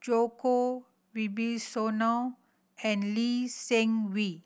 Djoko Wibisono and Lee Seng Wee